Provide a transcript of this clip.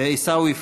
עיסאווי פריג'